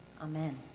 Amen